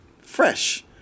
fresh